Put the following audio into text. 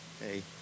hey